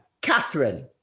Catherine